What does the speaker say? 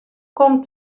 komt